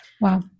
wow